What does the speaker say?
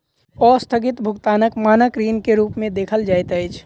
अस्थगित भुगतानक मानक ऋण के रूप में देखल जाइत अछि